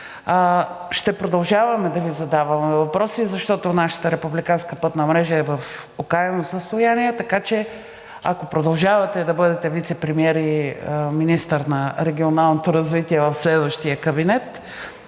Ще продължаваме да Ви задаваме въпроси, защото нашата републиканска пътна мрежа е в окаяно състояние, така че, ако продължавате да бъдете вицепремиер и министър на регионалното развитие в следващия кабинет,